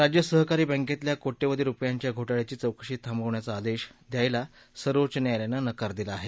राज्य सहकारी बँकेतल्या कोट्यवधी रुपयांच्या घोटाळ्याची चौकशी थाबवण्याचा आदेश द्यायला सर्वोच्च न्यायालयान नकार दिला आहे